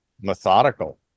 methodical